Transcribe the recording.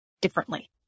differently